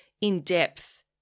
in-depth